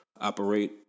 operate